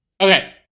Okay